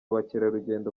bakerarugendo